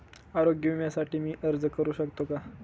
आरोग्य विम्यासाठी मी अर्ज करु शकतो का?